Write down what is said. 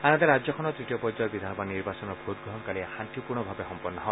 আনহাতে ৰাজ্যখনৰ তৃতীয় পৰ্যায়ৰ বিধানসভা নিৰ্বাচনৰ ভোটগ্ৰহণ কালি শাস্তিপূৰ্ণভাৱে সম্পন্ন হয়